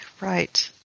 right